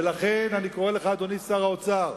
ולכן, אני קורא לך, אדוני שר האוצר,